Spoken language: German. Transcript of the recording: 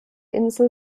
insel